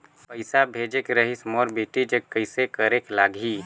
पइसा भेजेक रहिस मोर बेटी जग कइसे करेके लगही?